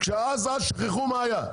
כשעד אז תשכחו מה היה.